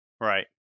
Right